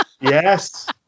Yes